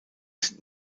sind